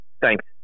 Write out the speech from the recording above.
Thanks